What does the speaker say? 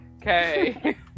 okay